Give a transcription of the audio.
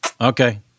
Okay